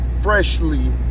freshly